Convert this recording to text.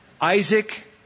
Isaac